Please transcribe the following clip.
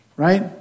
Right